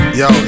yo